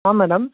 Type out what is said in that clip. ஆ madam